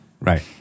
Right